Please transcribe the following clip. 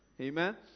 Amen